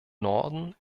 norden